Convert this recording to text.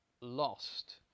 lost